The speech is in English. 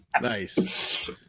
Nice